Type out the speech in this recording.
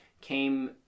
came